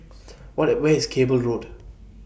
What Where IS Cable Road